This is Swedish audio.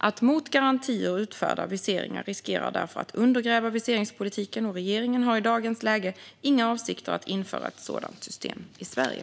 Att mot garantier utfärda viseringar riskerar därför att undergräva viseringspolitiken, och regeringen har i dagens läge inga avsikter att införa ett sådant system i Sverige.